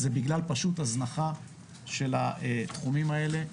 זה בגלל פשוט הזנחה של התחומים האלה,